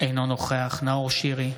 אינו נוכח נאור שירי,